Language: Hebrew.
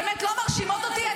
באמת לא מרשימות אותי.